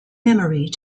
memory